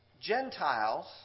Gentiles